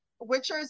Witcher's